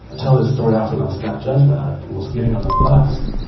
tell this story often on snap judgment. i was getting on the bus.